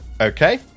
Okay